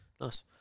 nice